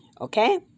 Okay